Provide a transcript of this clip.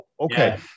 Okay